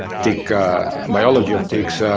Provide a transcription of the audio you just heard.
tick biology of ticks.